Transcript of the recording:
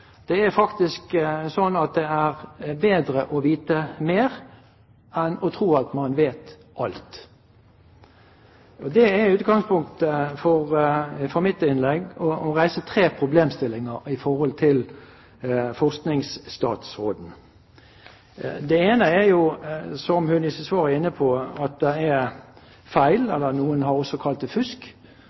Det er faktisk slik at det er bedre å vite mer enn å tro at man vet alt. Utgangspunktet for mitt innlegg er å reise tre problemstillinger til forskningsstatsråden. Det ene er, som hun i sitt svar var inne på, at det er feil – noen har også kalt det fusk